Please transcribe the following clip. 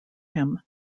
him